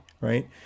right